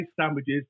sandwiches